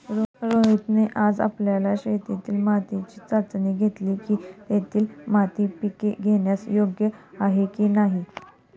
रोहितने आज आपल्या शेतातील मातीची चाचणी घेतली की, तेथील माती पिके घेण्यास योग्य आहे की नाही